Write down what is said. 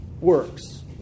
works